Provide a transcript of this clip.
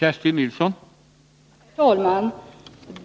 Nr 145 Herr talman!